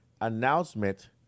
announcement